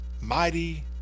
mighty